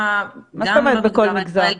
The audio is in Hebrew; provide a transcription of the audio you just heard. מה זאת אומרת בכל מגזר?